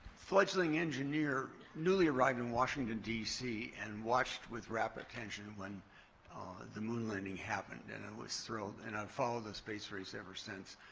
fledgling engineer, newly arrived in washington, dc, and watched with rapt attention when the moon landing happened. and and i was thrilled, and i've followed the space race ever since,